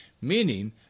meaning